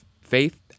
faith